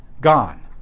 gone